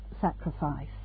sacrifice